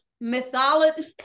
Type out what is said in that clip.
mythology